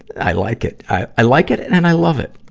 i like it. i i like it it and i love it.